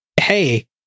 hey